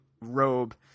robe